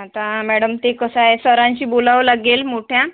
आता मॅडम ते कसं आहे सरांशी बोलावं लागेल मोठ्या